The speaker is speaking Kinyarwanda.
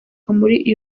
kuri